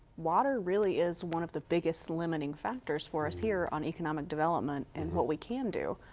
water really is one of the biggest limiting factors for us here on economic development and what we can do.